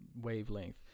wavelength